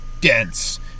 dense